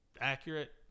accurate